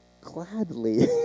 gladly